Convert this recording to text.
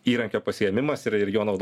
įrankio pasiėmimas yra ir jo naudojimas